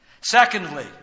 Secondly